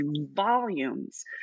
volumes